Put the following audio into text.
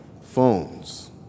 phones